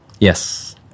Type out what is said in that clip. yes